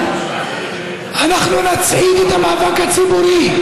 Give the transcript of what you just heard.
אנחנו נצעיד את המאבק הציבורי,